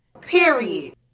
Period